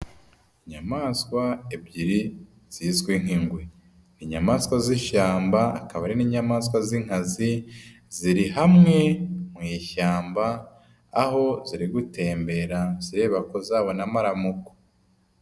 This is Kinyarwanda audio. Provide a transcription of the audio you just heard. Inyamaswa ebyiri zizwi nk'ingwe, ni inyamaswa z'ishyamba, akaba ari n'inyamaswa z'inkazi, ziri hamwe mu ishyamba aho ziri gutembera zireba ko zabona amaramuko.